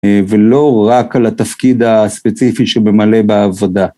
ולא רק על התפקיד הספציפי שבמלא בעבודה.